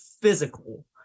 physical